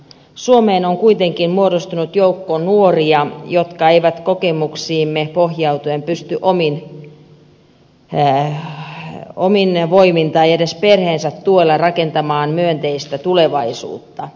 suomeen on kuitenkin muodostunut joukko nuoria jotka eivät kokemuksiimme pohjautuen pysty omin voimin tai edes perheensä tuella rakentamaan myönteistä tulevaisuutta